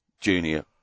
Junior